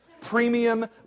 premium